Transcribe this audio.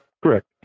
Correct